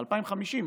ב-2050,